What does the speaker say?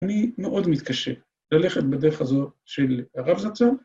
‫אני מאוד מתקשה ללכת בדרך הזו ‫של הרב זצ"ל